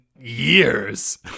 years